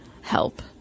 help